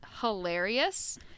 hilarious